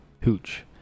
hooch